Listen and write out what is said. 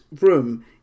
room